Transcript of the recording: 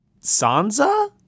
Sansa